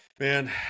man